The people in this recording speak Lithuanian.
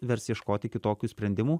vers ieškoti kitokių sprendimų